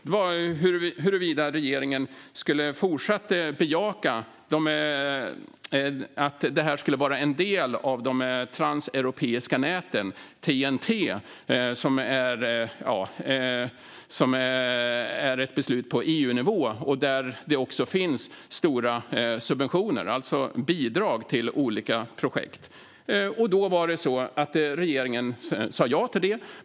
Det handlade om huruvida regeringen fortsatt skulle bejaka att detta är en del av de transeuropeiska näten, TEN-T. Detta är ett beslut på EU-nivå, och det finns stora subventioner - bidrag - till olika projekt. Regeringen sa ja till det.